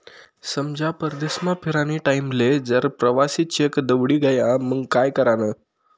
समजा परदेसमा फिरानी टाईमले जर प्रवासी चेक दवडी गया मंग काय करानं?